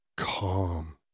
Calm